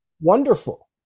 Wonderful